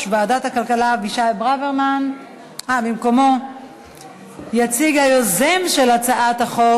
אנחנו עוברים להצעת החוק